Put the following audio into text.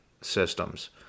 systems